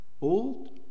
old